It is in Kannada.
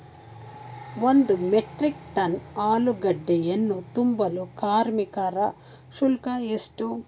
ಒಂದು ಮೆಟ್ರಿಕ್ ಟನ್ ಆಲೂಗೆಡ್ಡೆಯನ್ನು ತುಂಬಲು ಕಾರ್ಮಿಕರ ಶುಲ್ಕ ಎಷ್ಟು?